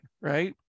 right